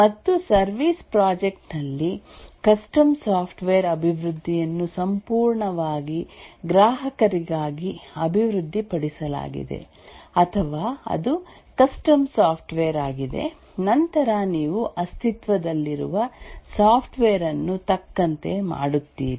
ಮತ್ತು service project ನಲ್ಲಿ custom software ಅಭಿವೃದ್ಧಿಯನ್ನು ಸಂಪೂರ್ಣವಾಗಿ ಗ್ರಾಹಕರಿಗಾಗಿ ಅಭಿವೃದ್ಧಿಪಡಿಸಲಾಗಿದೆ ಅಥವಾ ಅದು ಕಸ್ಟಮ್ ಸಾಫ್ಟ್ವೇರ್ ಆಗಿದೆ ನಂತರ ನೀವು ಅಸ್ತಿತ್ವದಲ್ಲಿರುವ ಸಾಫ್ಟ್ವೇರ್ ಅನ್ನು ತಕ್ಕಂತೆ ಮಾಡುತ್ತೀರಿ